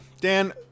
Dan